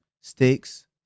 sticks